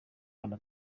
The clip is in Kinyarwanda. ahantu